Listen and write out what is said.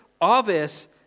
obvious